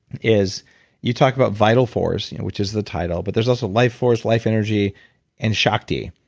is you talk about vital force, which is the title, but there's also life force, life energy and skakti,